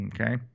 Okay